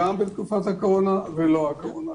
גם בתקופת הקורונה וגם שלא בתקופת הקורונה.